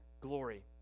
glory